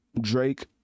Drake